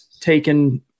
taken